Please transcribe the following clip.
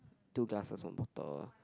two glasses or bottle